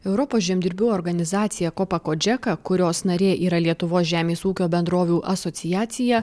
europos žemdirbių organizacija kopa kodžeka kurios narė yra lietuvos žemės ūkio bendrovių asociacija